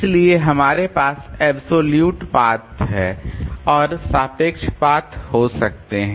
इसलिए हमारे पास अब्सोल्युट पथ और सापेक्ष पथ हो सकते हैं